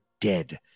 dead